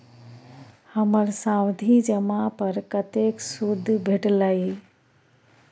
हमर सावधि जमा पर कतेक सूद भेटलै?